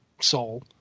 soul